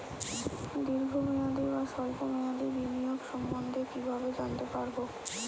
দীর্ঘ মেয়াদি বা স্বল্প মেয়াদি বিনিয়োগ সম্বন্ধে কীভাবে জানতে পারবো?